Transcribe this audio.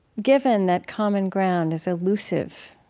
given that common ground is illusive.